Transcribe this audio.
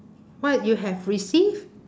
what you have received